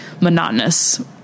monotonous